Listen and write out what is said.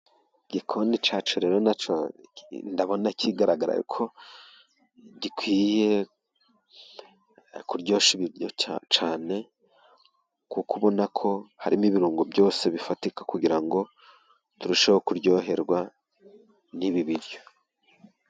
Igikoni cyacu rero nacyo ndabona kigarara ko gikwiye kuryoshya ibiryo cyane kuko ubona ko harimo ibirungo byose bifatika kugira ngo turusheho kuryoherwa n'ibi biryo.